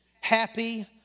happy